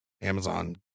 Amazon